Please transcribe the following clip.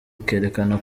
ikerekana